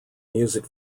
music